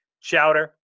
Chowder